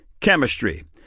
Chemistry